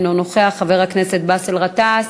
אינו נוכח, חבר הכנסת באסל גטאס,